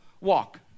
walk